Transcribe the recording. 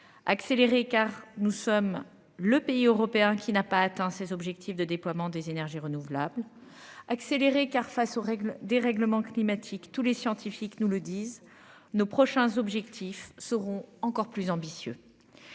Accélérer, car nous sommes le pays européen qui n'a pas atteint ses objectifs de déploiement des énergies renouvelables. Car face aux règles dérèglement climatique. Tous les scientifiques nous le disent nos prochains objectifs seront encore plus ambitieux.